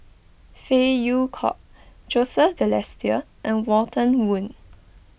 Phey Yew Kok Joseph Balestier and Walter Woon